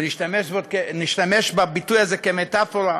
נשתמש בביטוי הזה כמטפורה.